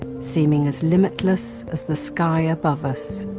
seeming as limitless as the sky above us.